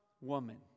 woman